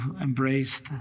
embraced